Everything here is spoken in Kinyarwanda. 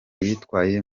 yitwaye